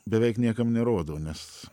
beveik niekam nerodau nes